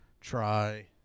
try